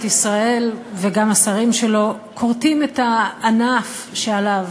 ישראל וגם השרים שלו כורתים את הענף שעליו